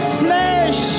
flesh